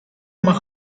más